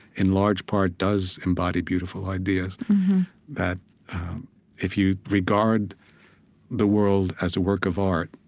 in large part, does embody beautiful ideas that if you regard the world as a work of art